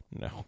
no